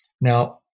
Now